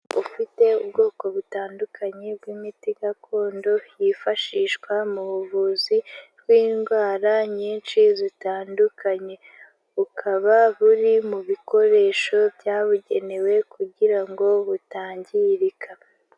Ufite ubwoko butandukanye bw'imiti gakondo, yifashishwa mu buvuzi bw'indwara nyinshi zitandukanye. Bukaba buri mu bikoresho byabugenewe, kugira ngo butangirika.